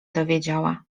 dowiedziała